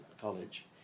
College